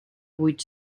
vuit